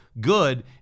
good